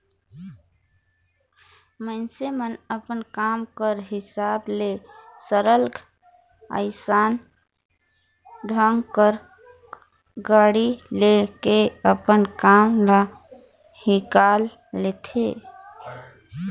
मइनसे मन अपन काम कर हिसाब ले सरलग अइसन ढंग कर गाड़ी ले के अपन काम ल हिंकालथें